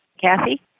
Kathy